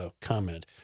comment